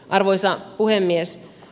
arvoisa puhemies